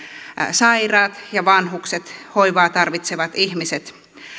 sairaat ja vanhukset hoivaa tarvitsevat ihmiset